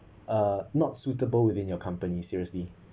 uh not suitable in your company seriously